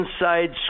Inside